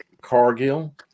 Cargill